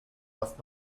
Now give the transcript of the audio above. erst